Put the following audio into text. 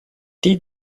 die